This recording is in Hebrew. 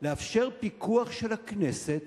לאפשר פיקוח של הכנסת